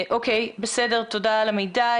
תודה על המידע.